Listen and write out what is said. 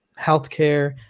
healthcare